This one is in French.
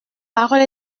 parole